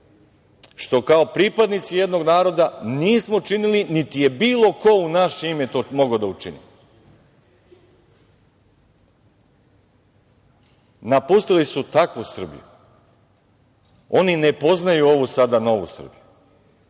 što kao pripadnici jednog naroda nismo činili, niti je bilo ko u naše ime to mogao da učini. Napustili su takvu Srbiju. Oni ne poznaju ovu sada novu Srbiju.